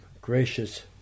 gracious